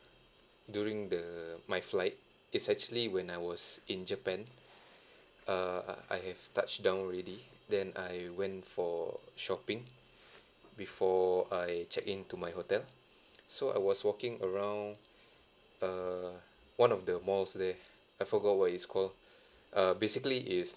during the my flight it's actually when I was in japan err uh I have touched down already then I went for shopping before I check in to my hotel so I was walking around err one of the malls there I forgot what it's called uh basically is